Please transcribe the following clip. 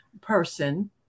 person